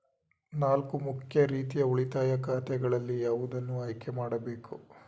ನಾಲ್ಕು ಮುಖ್ಯ ರೀತಿಯ ಉಳಿತಾಯ ಖಾತೆಗಳಲ್ಲಿ ಯಾವುದನ್ನು ಆಯ್ಕೆ ಮಾಡಬೇಕು?